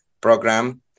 program